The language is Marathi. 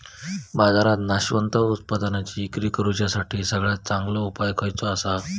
बाजारात नाशवंत उत्पादनांची इक्री करुच्यासाठी सगळ्यात चांगलो उपाय खयचो आसा?